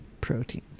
protein